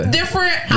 different